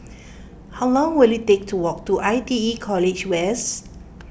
how long will it take to walk to I T E College West